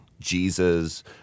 Jesus